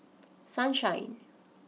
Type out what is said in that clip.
Sunshine